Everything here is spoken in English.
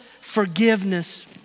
forgiveness